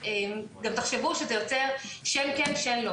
גם תחשבו שזה יוצר שן כן, שן לא.